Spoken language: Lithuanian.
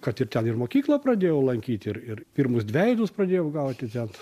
kad ir ten ir mokyklą pradėjau lankyt ir ir pirmus dvejetus pradėjau gauti ten